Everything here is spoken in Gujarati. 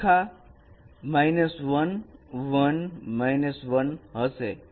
અને રેખા 11 1 હશે